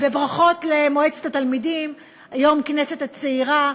וברכות למועצת התלמידים, היום יום הכנסת הצעירה.